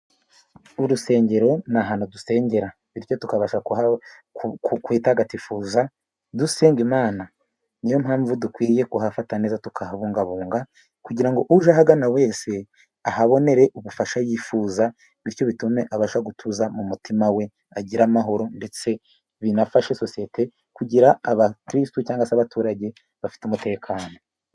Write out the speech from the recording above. Urusengero ni ahantu dusengera bityo rukabasha kukwitagatifuza, dusenga Imana, niyo mpamvu dukwiye kuhafata neza, tukabungabunga kugira ngo uje ahagana wese ahabonere ubufasha yifuza, bityo bitume abasha gutuza mu mutima we, agira amahoro ndetse binafashe sosiyete kugira abakristu cyangwa se abaturage bafite umutekano.